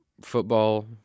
Football